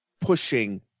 pushing